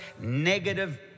negative